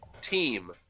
team